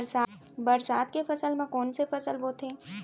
बरसात के मौसम मा कोन से फसल बोथे?